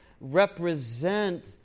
represent